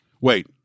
Wait